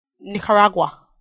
Nicaragua